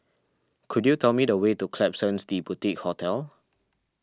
could you tell me the way to Klapsons the Boutique Hotel